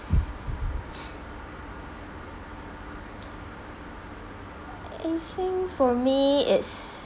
I think for me it's